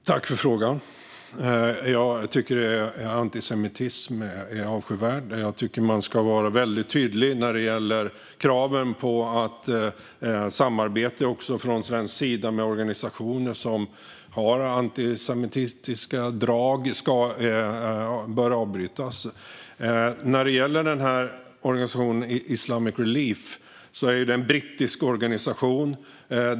Fru talman! Tack, Lars Adaktusson, för frågan! Jag tycker att antisemitism är avskyvärd. Man ska också vara väldigt tydlig när det gäller kraven på att samarbete från svensk sida med organisationer som har antisemitiska drag ska avbrytas. Islamic Relief är en brittisk organisation.